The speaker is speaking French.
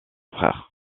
frère